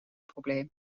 probleem